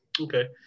okay